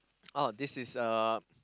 oh this is a